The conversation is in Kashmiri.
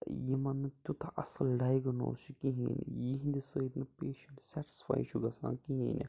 یِمَن نہٕ تیٛوتاہ اصٕل ڈایگٕنوٗز چھُ کِہیٖنۍ نہٕ یِہنٛدِ سۭتۍ نہٕ پیشیٚنٛٹ سیٚٹٕسفاے چھُ گَژھان کِہیٖنۍ نہِ